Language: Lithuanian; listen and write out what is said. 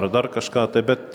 ar dar kažką bet